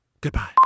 Goodbye